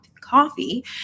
coffee